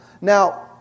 Now